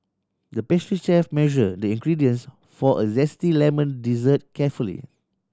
the pastry chef measure the ingredients for a zesty lemon dessert carefully